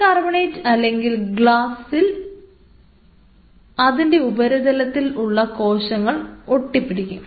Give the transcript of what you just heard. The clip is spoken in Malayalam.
പോളികാർബണേറ്റ് അല്ലെങ്കിൽ ഗ്ലാസിൽ ഉപരിതലത്തിലുള്ള കോശങ്ങൾ ഒട്ടി പിടിക്കും